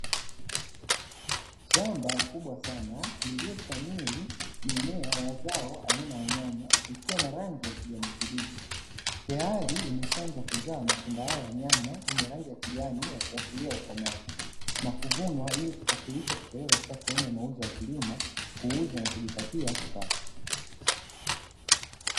Shamba kubwa sana lililoshamiri mimea ya zao aina ya nyanya ikiwa na rangi ya kijani kibichi, tayari imeshaanza kuzaa matunda haya ya nyanya yenye rangi ya kijani yakiashiria ukomavu, na kuvunwa ili kusafirishwa kupelekwa katika sehemu ya mauzo ya kilimo kuuzwa na kujipatia kipato.